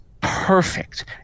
perfect